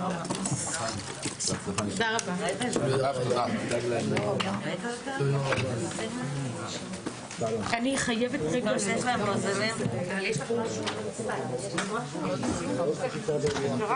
הישיבה ננעלה בשעה 11:10.